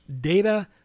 data